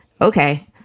okay